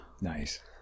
Nice